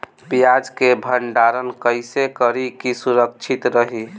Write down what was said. प्याज के भंडारण कइसे करी की सुरक्षित रही?